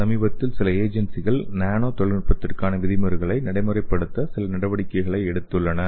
சமீபத்தில் சில ஏஜென்சிகள் நானோ தொழில்நுட்பத்திற்கான விதிமுறைகளை நடைமுறைப்படுத்த சில நடவடிக்கைகளை எடுத்துள்ளன